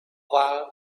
while